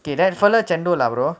okay then follow chendol lah brother